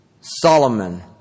Solomon